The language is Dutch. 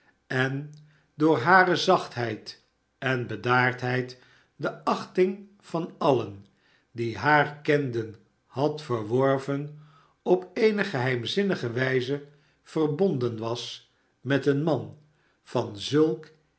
en door hare zachtheid en bedaardheid de achting van alien die haar kenden had verworven op eene geheimzinnige wijze verbonden was met een man van zulk